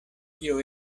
kio